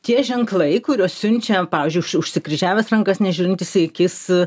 tie ženklai kuriuos siunčia pavyzdžiui užsikryžiavęs rankas nežiūrintis į akis